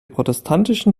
protestantischen